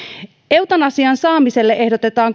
eutanasian saamiselle ehdotetaan